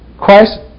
Christ